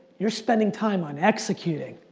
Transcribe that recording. you're spending time on executing.